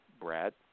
Brad